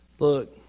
Look